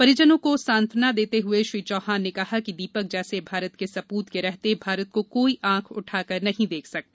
परिजनों को सांत्वना देते हुए श्री चौहान ने कहा कि दीपक जैसे भारत के सपूत के रहते भारत को कोई आँख उठाकर नहीं देख सकता